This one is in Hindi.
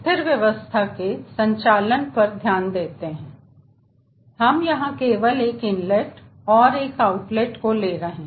स्थिर अवस्था के संचालन पर ध्यान देते है हम यहां केवल एक इनलेट और एक आउटलेट को ले रहे हैं